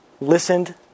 listened